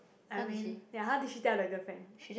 I mean ya how did she tell the girlfriend